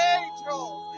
angels